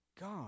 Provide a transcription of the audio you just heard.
God